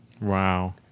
Wow